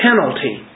penalty